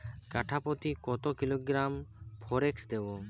কাঠাপ্রতি কত কিলোগ্রাম ফরেক্স দেবো?